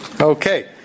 Okay